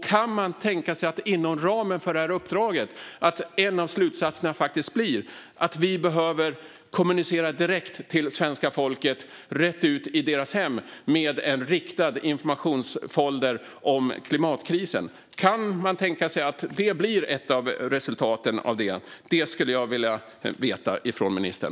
Kan man tänka sig att en av slutsatserna inom ramen för det uppdraget faktiskt blir att vi behöver kommunicera direkt med svenska folket, rakt ut i hemmen, med en riktad informationsfolder om klimatkrisen? Kan man tänka sig att det blir ett av resultaten av det? Det skulle jag vilja veta från ministern.